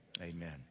Amen